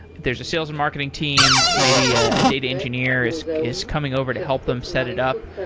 there's a sales and marketing team, maybe a data engineer is is coming over to help them set it up,